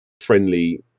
friendly